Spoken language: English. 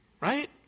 Right